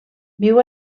viu